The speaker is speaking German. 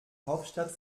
hauptstadt